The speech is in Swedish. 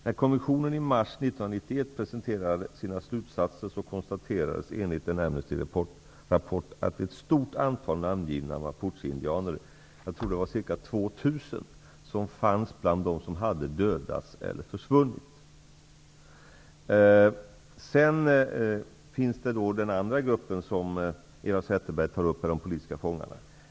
När kommissionen i mars 1991 presenterade sina slutsatser, konstaterades enligt en Amnestyrapport att ett stort antal namngivna mapucheindianer -- jag tror att det var ca 2 000 -- Vidare finns den andra gruppen, politiska fångarna, som Eva Zetterberg tog upp.